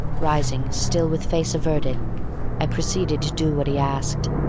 rising, still with face averted i proceeded to do what he asked.